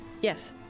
Yes